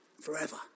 forever